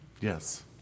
yes